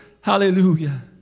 Hallelujah